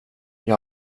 jag